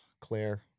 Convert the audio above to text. Claire